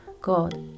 God